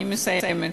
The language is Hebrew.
אני מסיימת.